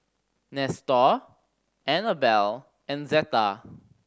Nestor Anabel and Zetta